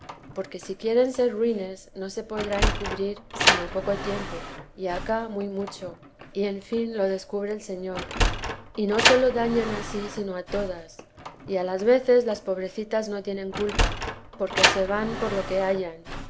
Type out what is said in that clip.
porque si quieren ser ruines no se podrá encubrir sino poco tiempo y acá muy mucho y en fin lo descubre el señor y no sólo dañan a sí sino a todas y a las veces las pobrecitas no tienen culpa porque se van por lo que hallan